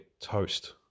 toast